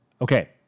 Okay